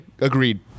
Agreed